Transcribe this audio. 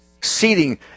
seating